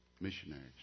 missionaries